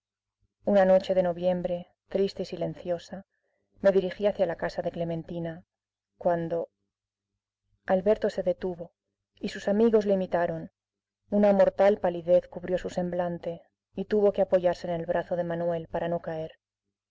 una noche de noviembre triste y silenciosa me dirigí hacia la casa de clementina cuando alberto se detuvo y sus amigos le imitaron una mortal palidez cubrió su semblante y tuvo que apoyarse en el brazo de manuel para no caer